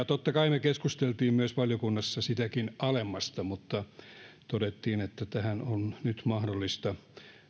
totta kai me keskustelimme valiokunnassa myös sitäkin alemmasta mutta totesimme että tähän on nyt mahdollista